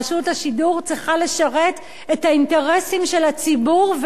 רשות השידור צריכה לשרת את האינטרסים של הציבור,